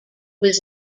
was